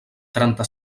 trenta